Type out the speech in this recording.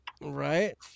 right